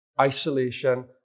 isolation